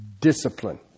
Discipline